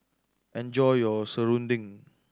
enjoy your serunding